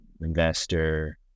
investor